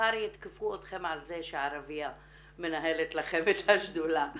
מחר יתקפו אתכן על זה שערביה מנהלת לכן את השדולה.